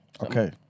Okay